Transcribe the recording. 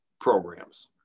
programs